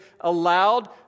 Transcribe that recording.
allowed